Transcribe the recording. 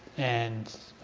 and